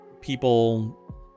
people